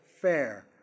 fair